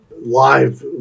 live